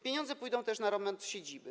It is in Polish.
Pieniądze pójdą też na remont siedziby.